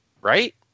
right